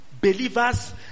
believers